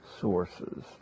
sources